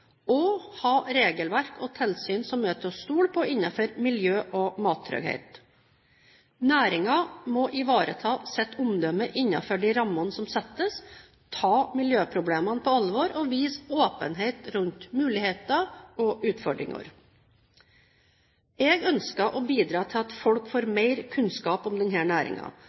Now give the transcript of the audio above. og ha regelverk og tilsyn som er til å stole på innenfor miljø og mattrygghet. Næringen må ivareta sitt omdømme innenfor de rammene som settes, ta miljøproblemene på alvor, og vise åpenhet rundt muligheter og utfordringer. Jeg ønsker å bidra til at folk får mer kunnskap om